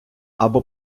або